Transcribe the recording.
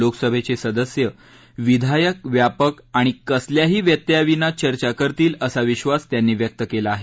लोकसभेचे सदस्य विधायक व्यापक आणि कसल्याही व्यत्ययाविना चर्चा करतील असा विश्वास त्यांनी व्यक्त केला आहे